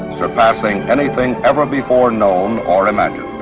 surpassing anything ever before known or imagined.